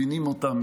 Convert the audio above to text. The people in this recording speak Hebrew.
מבינים אותם,